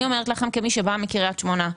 כמי שבאה מקריית שמונה,